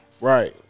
right